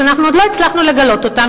שאנחנו עוד לא הצלחנו לגלות אותם,